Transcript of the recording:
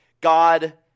God